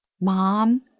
Mom